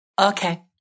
Okay